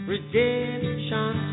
Redemption